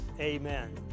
Amen